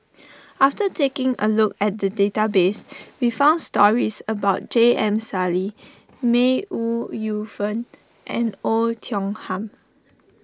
after taking a look at the database we found stories about J M Sali May Ooi Yu Fen and Oei Tiong Ham